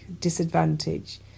disadvantage